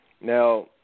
now